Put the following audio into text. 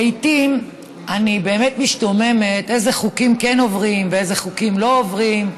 לעיתים אני באמת משתוממת איזה חוקים כן עוברים ואיזה חוקים לא עוברים.